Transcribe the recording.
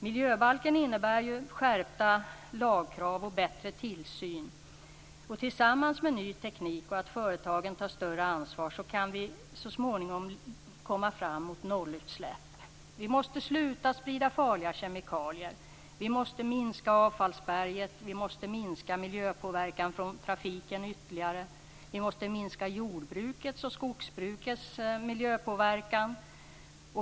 Miljöbalken innebär skärpta lagkrav och bättre tillsyn. Med hjälp av ny teknik och tillsammans med att företagen tar större ansvar kan vi så småningom nå nollutsläpp. Vi måste sluta sprida farliga kemikalier. Vi måste minska avfallsberget. Vi måste minska miljöpåverkan från trafiken ytterligare. Vi måste minska jordbrukets och skogsbrukets miljöpåverkan.